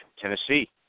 Tennessee